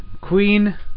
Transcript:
Queen